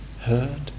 heard